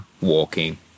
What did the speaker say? walking